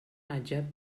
ача